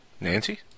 Nancy